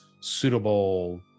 suitable